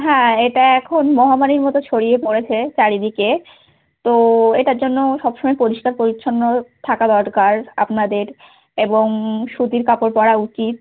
হ্যাঁ এটা এখন মহামারীর মতো ছড়িয়ে পড়েছে চারদিকে তো এটার জন্য সব সময় পরিষ্কার পরিচ্ছন্ন থাকা দরকার আপনাদের এবং সুতির কাপড় পরা উচিত